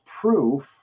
proof